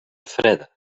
freda